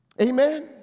amen